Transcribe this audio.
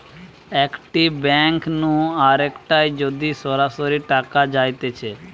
একটি ব্যাঙ্ক নু আরেকটায় যদি সরাসরি টাকা যাইতেছে